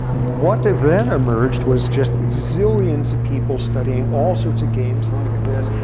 what then emerged was just zillions of people studying all sorts of games like this.